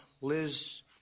Liz